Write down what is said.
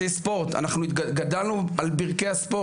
היום בכנסת לא רואים את זה בכל יום.